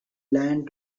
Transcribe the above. land